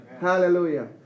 Hallelujah